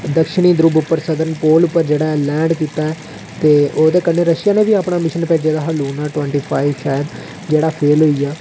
दक्षिणी ध्रुव पर साऊर्थन पोल पर जेह् लैंड कीता ऐ ते ओह्दे कन्नै रशिया नै भी अपना मिशन भेजे दा हा टवेंटी लूना फाइव शैद जेह्ड़ा फेल होई गेआ